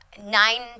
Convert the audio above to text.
nine